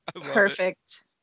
perfect